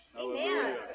Amen